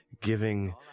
giving